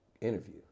interview